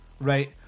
right